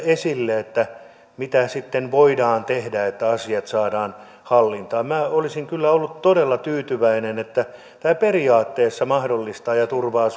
esille mitä sitten voidaan tehdä että asiat saadaan hallintaan minä olisin kyllä ollut todella tyytyväinen että tämä periaatteessa mahdollistaa ja turvaa